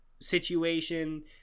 situation